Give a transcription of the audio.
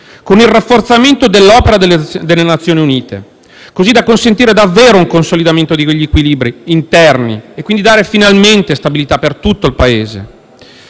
con il rafforzamento dell'opera delle Nazioni Unite, così da consentire davvero un consolidamento di quegli equilibri interni e quindi dare finalmente stabilità a tutto il Paese.